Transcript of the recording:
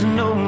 no